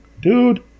dude